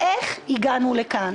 איך הגענו לכאן?